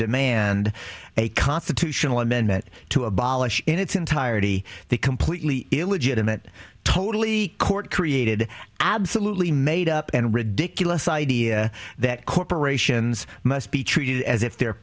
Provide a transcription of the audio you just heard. demand a constitutional amendment to abolish in its entirety the completely illegitimate totally court created absolutely made up and ridiculous idea that corporations must be treated as if they're